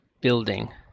building